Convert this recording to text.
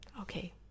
Okay